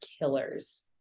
Killers